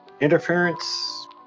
interference